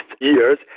years